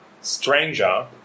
stranger